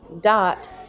dot